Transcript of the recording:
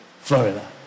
Florida